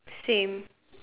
same